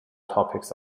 topics